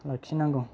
लाखिनांगौ